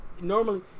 Normally